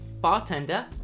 Bartender